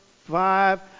five